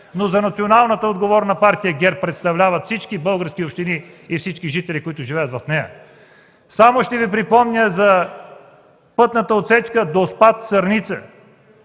но за национално отговорната партия ГЕРБ представляват – всички български общини и всички жители, които живеят там. Само ще Ви припомня за пътната отсечка Доспат – Сърница,